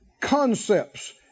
Concepts